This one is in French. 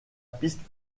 piste